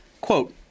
Quote